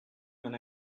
when